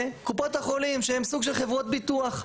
קופות החולים שהם סוג של חברות ביטוח,